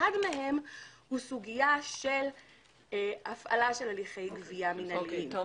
מהם הוא לא הפעלת הליכי גבייה מינהליים.